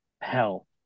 hell